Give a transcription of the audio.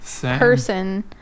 person